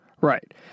Right